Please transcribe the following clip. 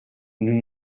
nous